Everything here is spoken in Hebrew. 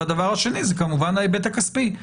והדבר השני הוא ההיבט הכספי.